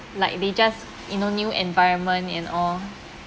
like they just you know new environment and all